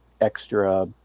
extra